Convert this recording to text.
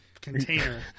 container